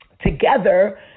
together